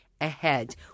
ahead